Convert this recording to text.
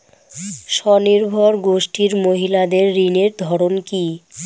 স্বনির্ভর গোষ্ঠীর মহিলাদের ঋণের ধরন কি?